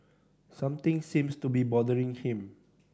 something seems to be bothering him